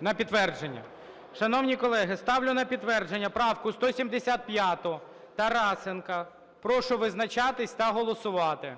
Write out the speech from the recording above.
На підтвердження. Шановні колеги, ставлю на підтвердження правку 175 Тарасенка. Прошу визначатись та голосувати.